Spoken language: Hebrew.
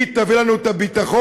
הוא יביא לנו את הביטחון.